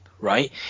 Right